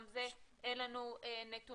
גם על זה אין לנו נתונים.